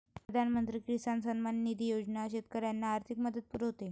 प्रधानमंत्री किसान सन्मान निधी योजना शेतकऱ्यांना आर्थिक मदत पुरवते